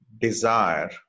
desire